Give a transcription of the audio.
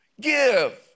Give